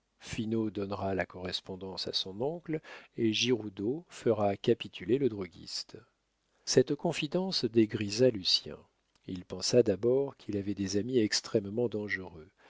finot donnera la correspondance à son oncle et giroudeau fera capituler le droguiste cette confidence dégrisa lucien il pensa d'abord qu'il avait des amis extrêmement dangereux